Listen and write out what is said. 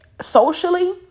socially